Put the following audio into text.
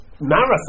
marathon